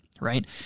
right